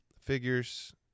figures